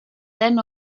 then